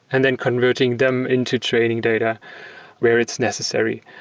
and then converting them into training data where it's necessary.